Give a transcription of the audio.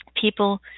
people